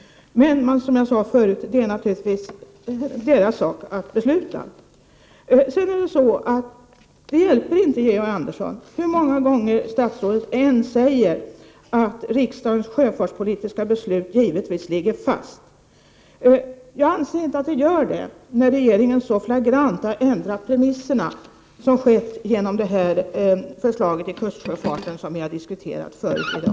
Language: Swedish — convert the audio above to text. Men det är naturligtvis, som jag förut sade, styrelsens sak att fatta sitt beslut på den punkten. Det hjälper vidare inte, Georg Andersson, hur många gånger statsrådet än säger att riksdagens sjöfartspolitiska beslut givetvis ligger fast. Jag anser inte 45 att så är fallet när regeringen så flagrant har ändrat premisserna som har skett i det förslag beträffande kustsjöfarten som vi har diskuterat tidigare i dag.